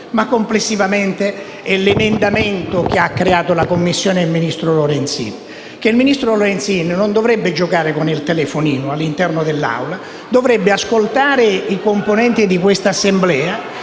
complessivamente, è l'emendamento creato dalla Commissione e dal ministro Lorenzin. Il ministro Lorenzin non dovrebbe giocare con il telefonino all'interno dell'Aula, ma ascoltare i componenti di questa Assemblea,